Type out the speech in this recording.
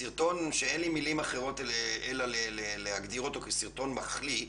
זה סרטון שאין לי מילים אחרות להגדיר אותו מלבד מחליא,